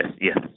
yes